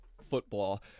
football